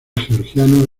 georgiano